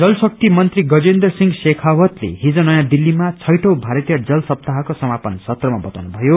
जलशक्ति मन्त्री गजेन्द्र सिंह शेखावतले हिज नयाँ दिल्लीमा छैटौँ भारतीय जल सप्ताहको समापन सत्रमा बताउनु भयो